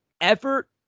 Effort